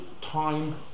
time